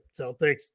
Celtics